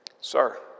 sir